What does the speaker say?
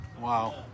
Wow